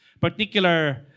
particular